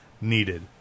needed